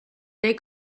neu